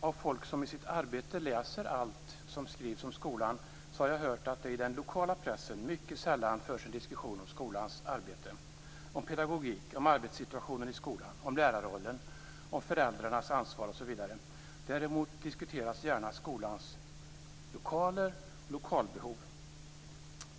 Av folk som i sitt arbete läser allt som skrivs om skolan har jag hört att det i den lokala pressen mycket sällan förs en diskussion om skolans arbete, om pedagogik, om arbetssituationen i skolan, om lärarrollen, om föräldrarnas ansvar osv. Däremot diskuteras gärna skolans lokaler och lokalbehov.